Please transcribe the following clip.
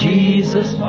Jesus